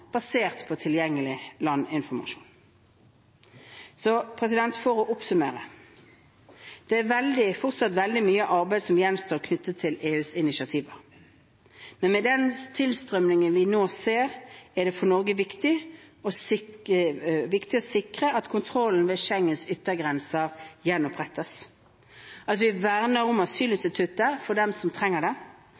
basert på tilgjengelig landinformasjon. For å oppsummere: Det er fortsatt veldig mye arbeid som gjenstår knyttet til EUs initiativer. Men med den tilstrømningen vi nå ser, er det for Norge viktig å sikre at kontrollen med Schengens yttergrenser gjenopprettes, at vi verner om asylinstituttet for dem som trenger det,